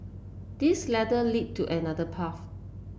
this ladder lead to another path